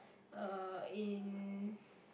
uh in